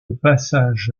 passage